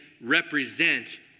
represent